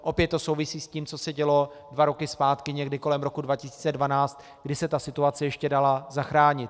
Opět to souvisí s tím, co se dělo dva roky zpátky, někdy kolem roku 2012, kdy se situace ještě dala zachránit.